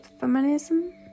feminism